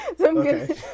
Okay